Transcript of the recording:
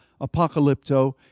Apocalypto